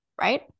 Right